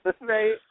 right